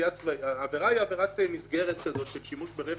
העבירה היא עבירת מסגרת של שימוש ברכב.